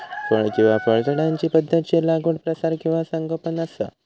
फळ किंवा फळझाडांची पध्दतशीर लागवड प्रसार किंवा संगोपन असा